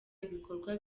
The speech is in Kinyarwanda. ibikorwa